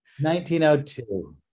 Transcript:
1902